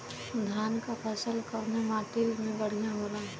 धान क फसल कवने माटी में बढ़ियां होला?